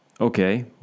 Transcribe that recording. Okay